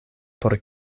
por